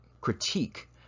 critique